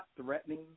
threatening